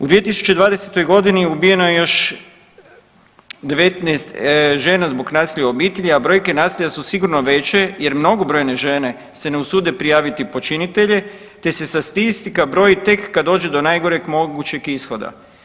U 2020. godini ubijeno je još 19 žena zbog nasilja u obitelji, a brojke nasilja su sigurno veće jer mnogobrojne žene se ne usude prijaviti počinitelje te se statistika broji tek kad dođe do najgoreg mogućeg ishoda.